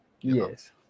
Yes